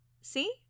See